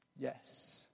Yes